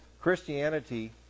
Christianity